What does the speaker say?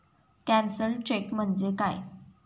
Cancelled cheque म्हणजे काय?